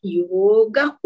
yoga